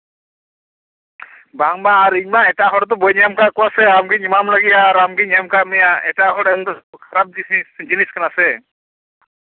ᱵᱟᱝ ᱵᱟᱝ ᱤᱧ ᱢᱟ ᱮᱴᱟᱜ ᱦᱚᱲ ᱫᱚ ᱵᱟᱹᱧ ᱮᱢ ᱠᱟᱫ ᱠᱚᱣᱟ ᱟᱢᱜᱤᱧ ᱮᱢᱟᱢ ᱞᱟᱹᱜᱤᱫᱼᱟ ᱟᱨ ᱟᱢᱜᱤᱧ ᱮᱢ ᱠᱟᱫ ᱢᱮᱭᱟ ᱮᱴᱟᱜ ᱦᱚᱲ ᱮᱢᱫᱚ ᱠᱷᱟᱨᱟᱯ ᱡᱤᱱᱤᱥ ᱠᱟᱱᱟ ᱥᱮ